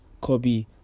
Kobe